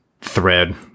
thread